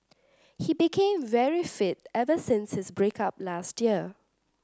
he became very fit ever since his break up last year